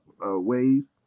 ways